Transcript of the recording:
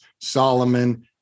Solomon